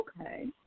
Okay